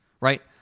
Right